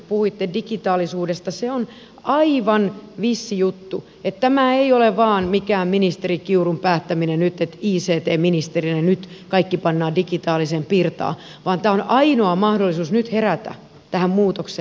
se on aivan vissi juttu että tämä ei ole vain mikään ministeri kiurun päättäminen nyt että ict ministerinä nyt kaikki pannaan digitaaliseen pirtaan vaan tämä on ainoa mahdollisuus nyt herätä tähän muutokseen